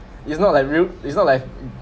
it's not like real it's not like